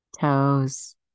toes